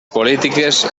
polítiques